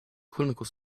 clinical